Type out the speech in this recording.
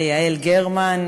ליעל גרמן,